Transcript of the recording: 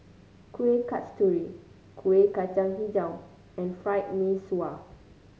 Kuih Kasturi Kueh Kacang hijau and Fried Mee Sua